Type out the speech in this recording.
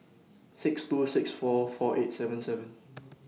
six two six seven four eight seven seven